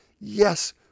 Yes